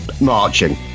...marching